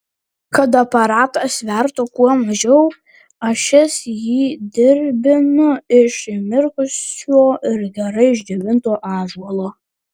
kad aparatas svertų kuo mažiau ašis jį dirbdinu iš įmirkusio ir gerai išdžiovinto ąžuolo